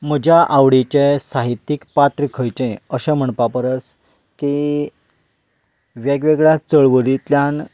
म्हज्या आवडीचें साहित्यीक पात्र खंयचें अशें म्हणच्या परस की वेगवेगळ्या चळवळींतल्यान